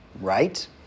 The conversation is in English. right